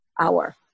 hour